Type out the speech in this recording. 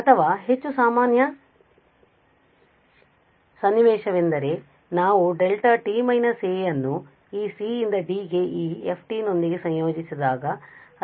ಅಥವಾ ಹೆಚ್ಚು ಸಾಮಾನ್ಯ ಸನ್ನಿವೇಶವೆಂದರೆ ನಾವು δt − a ಅನ್ನು ಈ c ಯಿಂದ d ಗೆ ಈ f ನೊಂದಿಗೆ ಸಂಯೋಜಿಸಿದಾಗ